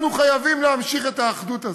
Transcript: אנחנו חייבים להמשיך את האחדות הזאת.